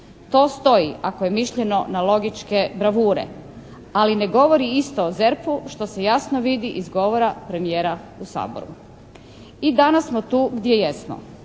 To stoji ako je mišljeno na logičke bravure. Ali ne govori isto o ZERP-u što se jasno vidi iz govora premijera u Saboru. I danas smo tu gdje jesmo.